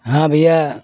हाँ भइया